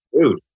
Dude